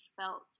felt